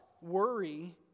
worry